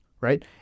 right